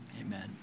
Amen